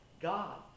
God